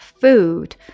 food